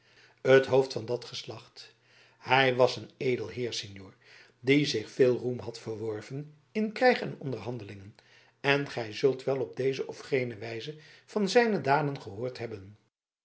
het hoofd van dat geslacht hij was een edel heer signor die zich veel roem had verworven in krijg en onderhandelingen en gij zult wel op deze of gene wijze van zijne daden gehoord hebben